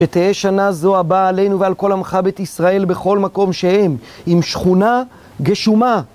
ותהה שנה זו הבאה עלינו ועל כל המחבת ישראל בכל מקום שהם עם שכונה גשומה